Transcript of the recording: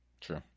True